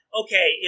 okay